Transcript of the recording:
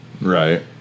right